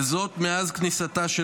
וזאת מאז כניסתה של